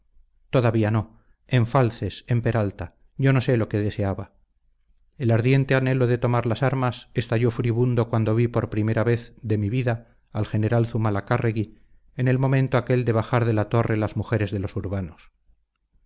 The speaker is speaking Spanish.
todavía no en falces en peralta yo no sé lo que deseaba el ardiente anhelo de tomar las armas estalló furibundo cuando vi por primera vez de mi vida al general zumalacárregui en el momento aquel de bajar de la torre las mujeres de los urbanos